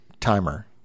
timer